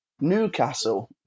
Newcastle